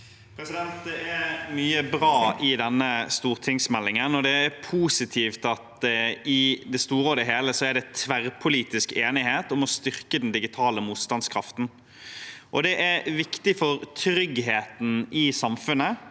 Det er mye bra i denne stortingsmeldingen, og det er positivt at det i det store og det hele er tverrpolitisk enighet om å styrke den digitale motstandskraften. Det er viktig for tryggheten i samfunnet,